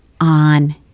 on